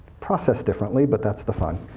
processed differently, but that's the fun.